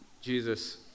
Jesus